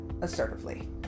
assertively